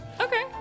Okay